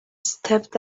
stepped